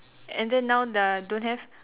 and then now uh don't have